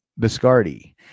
Biscardi